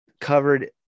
covered